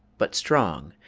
but strong,